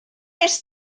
est